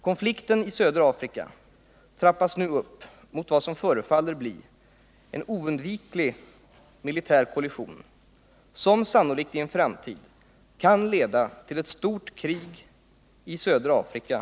Konflikten i södra Afrika trappas nu upp mot vad som förefaller bli en oundviklig militär konfrontation, vilken sannolikt i en framtid kan leda till ett stort krig i södra Afrika.